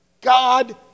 God